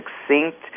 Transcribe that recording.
succinct